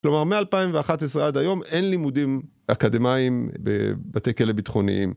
כלומר, מ-2011 עד היום אין לימודים אקדמאים בבתי כלא ביטחוניים.